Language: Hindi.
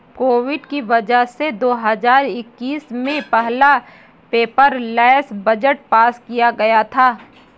कोविड की वजह से दो हजार इक्कीस में पहला पेपरलैस बजट पास किया गया था